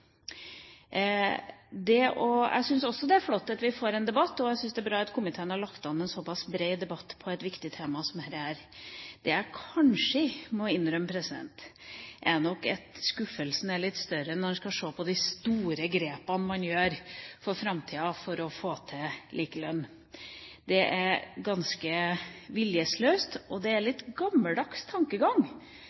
Jeg syns også det er flott at vi får en debatt, og jeg syns det er bra at komiteen har lagt an en såpass bred debatt om et så viktig tema som dette. Det jeg kanskje må innrømme, er at skuffelsen er litt større når en skal se på de store grepene man gjør for framtida for å få til likelønn. Det er ganske viljeløst, og det er en litt gammeldags tankegang